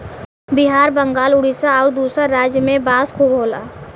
बिहार बंगाल उड़ीसा आउर दूसर राज में में बांस खूब होला